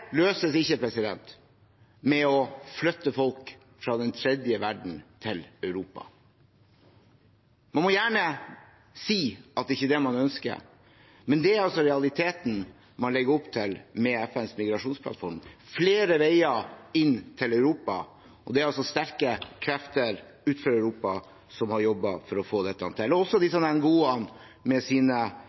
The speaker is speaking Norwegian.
løses ikke ved å flytte folk fra den tredje verden til Europa. Man må gjerne si at det ikke er det man ønsker, men det er altså realiteten man legger opp til med FNs migrasjonsplattform – flere veier inn til Europa. Det er altså sterke krefter utenfor Europa som har jobbet for å få til dette, også disse NGO-ene med sine